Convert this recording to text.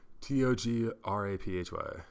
T-O-G-R-A-P-H-Y